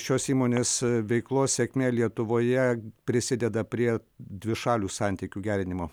šios įmonės veiklos sėkmė lietuvoje prisideda prie dvišalių santykių gerinimo